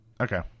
okay